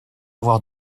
avoir